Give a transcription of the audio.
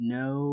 no